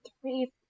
three